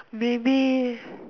maybe